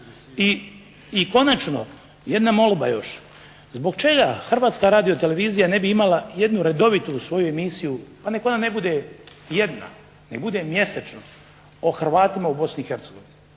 I konačno jedna molba još. Zbog čega Hrvatska radiotelevizija ne bi imala jednu redovitu svoju televiziju pa nek' ona ne bude jedna, neka bude mjesečno, o Hrvatima u Bosni